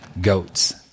goats